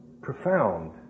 profound